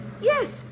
Yes